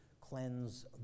cleanse